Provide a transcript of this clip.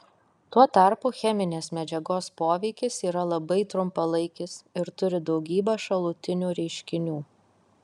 tuo tarpu cheminės medžiagos poveikis yra labai trumpalaikis ir turi daugybę šalutinių reiškinių